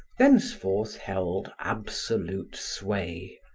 thenceforth held absolute sway.